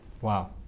Wow